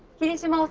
kirishima!